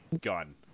gun